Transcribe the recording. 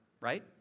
right